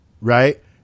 right